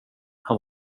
han